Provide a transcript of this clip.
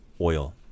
oil